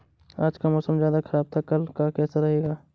आज का मौसम ज्यादा ख़राब था कल का कैसा रहेगा?